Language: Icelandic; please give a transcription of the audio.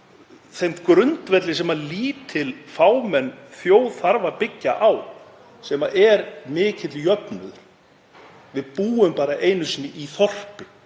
þeim grundvelli sem lítil fámenn þjóð þarf að byggja á, sem er mikill jöfnuður. Við búum einu sinni í þorpi